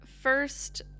First